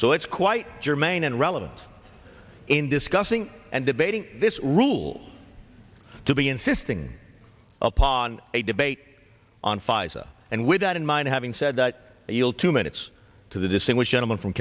so it's quite germane and relevance in discussing and debating this rule to be insisting upon a debate on pfizer and with that in mind having said that you'll two minutes to the distinguished gentleman from